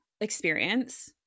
experience